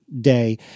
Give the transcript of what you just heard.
day